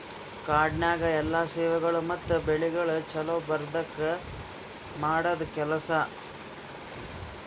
ಕಾಡನ್ಯಾಗ ಎಲ್ಲಾ ಸೇವೆಗೊಳ್ ಮತ್ತ ಬೆಳಿಗೊಳ್ ಛಲೋ ಬರದ್ಕ ಮಾಡದ್ ಕೆಲಸ